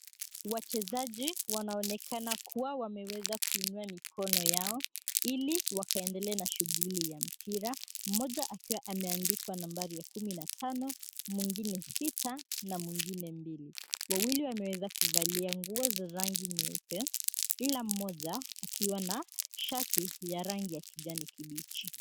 Wachezaji wanaonekana kuwa wameweza kuinua mikono yao ili wakaendelee na shughuli ya mpira mmoja akiwa ameandikwa nambari kumi na tano, mwingine sita na mwingine mbili. Wawili wameweza kuvalia nguo za rangi nyeupe kila mmoja ukiwa na shati la rangi ya kijani kibichi.